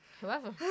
whoever